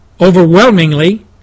overwhelmingly